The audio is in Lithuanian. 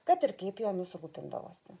kad ir kaip jomis rūpindavosi